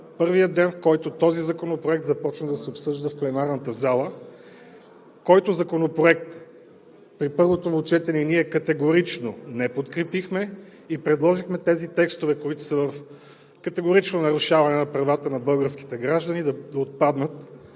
първия ден, когато този законопроект започна да се обсъжда в пленарната зала, който при първото му четене ние категорично не подкрепихме, и предложихме тези текстове, които са категорично в нарушаване на правата на българските граждани, да отпаднат